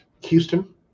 Houston